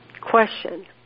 question